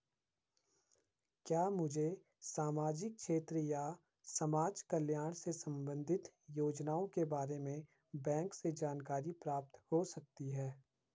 क्या मुझे सामाजिक क्षेत्र या समाजकल्याण से संबंधित योजनाओं के बारे में बैंक से जानकारी प्राप्त हो सकती है?